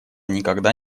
никогда